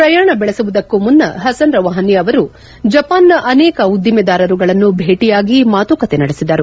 ಪ್ರಯಾಣ ಬೆಳೆಸುವುದಕ್ಕೂ ಮುನ್ನ ಹಸನ್ ರವಾನಿಯವರು ಜಪಾನ್ನ ಅನೇಕ ಉದ್ದಿಮೆದಾರರುಗಳನ್ನು ಭೇಟಿಯಾಗಿ ಮಾತುಕತೆ ನಡೆಸಿದರು